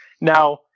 Now